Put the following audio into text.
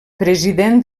president